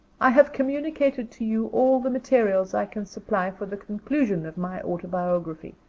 i have communicated to you all the materials i can supply for the conclusion of my autobiography,